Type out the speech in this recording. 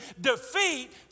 defeat